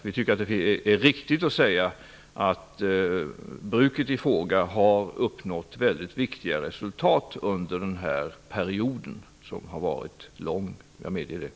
Vi tycker att bruksföretaget i fråga har uppnått väldigt viktiga resultat under den här perioden, som jag medger har varit lång.